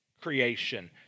creation